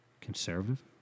conservative